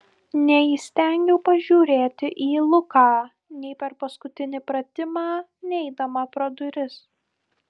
neįstengiau pažiūrėti į luką nei per paskutinį pratimą nei eidama pro duris